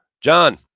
John